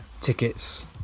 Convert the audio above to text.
tickets